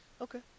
Okay